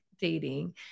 dating